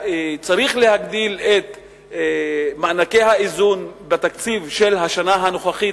צריך להגדיל את מענקי האיזון בתקציב של השנה הנוכחית